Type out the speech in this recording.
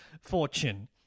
fortune